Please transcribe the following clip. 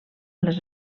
les